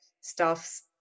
stuff's